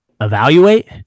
evaluate